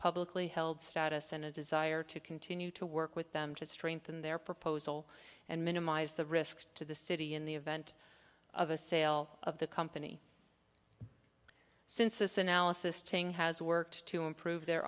publicly held status and a desire to continue to work with them to strengthen their proposal and minimize the risk to the city in the event of a sale of the company since this analysis thing has worked to improve their